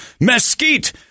mesquite